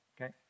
Okay